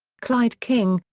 clyde king,